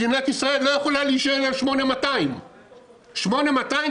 מדינת ישראל לא יכולה להישען על 8200. 8200,